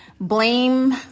blame